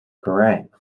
kerrang